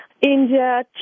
India